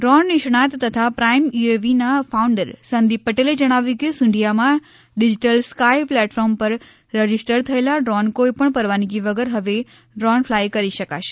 drone નિષ્ણાત તથા Prime યુએવીના ફાઉન્ડર સંદિપ પટેલે જણાવ્યું કે સુંઢિયામાં ડિજીટલ સ્કાય પ્લેટફોર્મ પર રજીસ્ટ્રર થયેલા ડ્રોન કોઇ પણ પરવાનગી વગર હવે ડ્રોન ફલાય કરી શકાશે